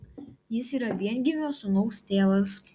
jis yra viengimio sūnaus tėvas